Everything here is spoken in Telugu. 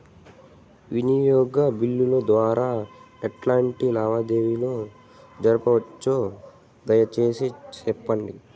వినియోగ బిల్లుల ద్వారా ఎట్లాంటి లావాదేవీలు జరపొచ్చు, దయసేసి సెప్పండి?